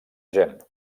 gent